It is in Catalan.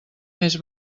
més